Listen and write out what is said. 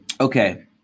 Okay